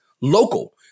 local